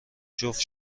جفت